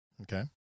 Okay